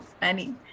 funny